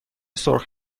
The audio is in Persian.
سرخ